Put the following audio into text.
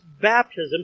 baptism